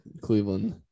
Cleveland